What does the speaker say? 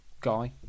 guy